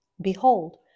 Behold